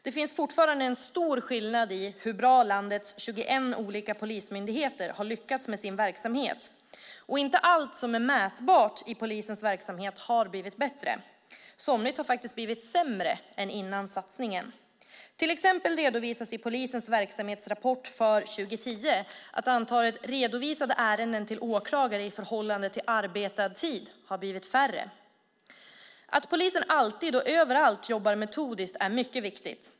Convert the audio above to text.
Det finns fortfarande en stor skillnad i hur bra landets 21 olika polismyndigheter har lyckats med sin verksamhet, och inte allt som är mätbart i polisens verksamhet har blivit bättre. Somligt har faktiskt blivit sämre än före satsningen. Till exempel redovisas i polisens verksamhetsrapport för 2010 att antalet redovisade ärenden till åklagare i förhållande till arbetad tid har blivit färre. Att polisen alltid och överallt jobbar metodiskt är mycket viktigt.